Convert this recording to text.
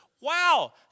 wow